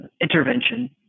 intervention